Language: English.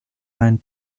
hand